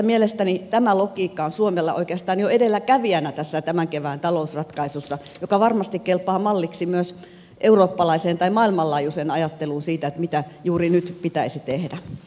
mielestäni tällä logiikalla suomi on oikeastaan jo edelläkävijänä tässä tämän kevään talousratkaisussa joka varmasti kelpaa malliksi myös eurooppalaiseen tai maailmanlaajuiseen ajatteluun siitä mitä juuri nyt pitäisi tehdä